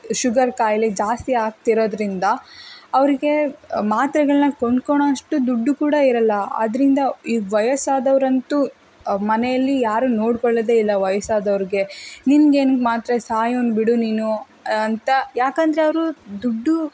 sugar ಕಾಯಿಲೆ ಜಾಸ್ತಿ ಆಗ್ತಿರೋದರಿಂದ ಅವರಿಗೆ ಮಾತ್ರೆಗಳನ್ನ ಕೊಂಡ್ಕೊಳೋ ಅಷ್ಟು ದುಡ್ಡು ಕೂಡ ಇರೋಲ್ಲ ಆದ್ರಿಂದ ಈ ವಯಸ್ಸಾದವರಂತೂ ಮನೆಯಲ್ಲಿ ಯಾರೂ ನೋಡಿಕೊಳ್ಳೋದೇ ಇಲ್ಲ ವಯಸ್ಸಾದವ್ರ್ಗೆ ನಿಂಗೇನ್ಕೆ ಮಾತ್ರೆ ಸಾಯೋನು ಬಿಡು ನೀನು ಅಂತ ಯಾಕಂದರೆ ಅವರು ದುಡ್ಡು